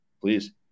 Please